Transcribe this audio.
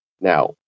Now